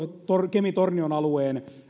kemin tornion alueen